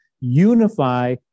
unify